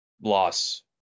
loss